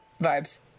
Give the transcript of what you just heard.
vibes